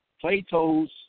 Plato's